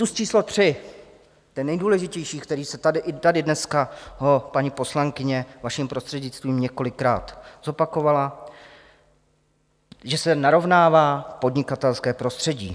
Mýtus číslo 3, ten nejdůležitější, který se tady, i tady dneska ho paní poslankyně, vaším prostřednictvím, několikrát zopakovala, že se narovnává podnikatelské prostředí.